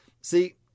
See